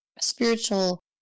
spiritual